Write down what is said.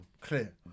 clear